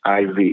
IV